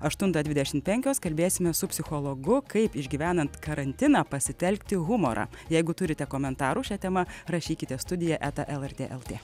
aštuntą dvidešimt penkios kalbėsime su psichologu kaip išgyvenant karantiną pasitelkti humorą jeigu turite komentarų šia tema rašykite studija eta lrt lt